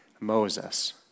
Moses